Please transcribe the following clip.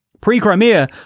Pre-Crimea